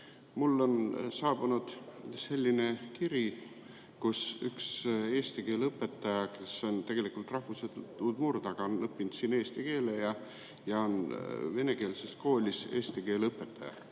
Mulle on saabunud selline kiri ühelt eesti keele õpetajalt, kes on tegelikult rahvuselt udmurt, aga on õppinud siin eesti keele ära ja on venekeelses koolis eesti keele õpetaja.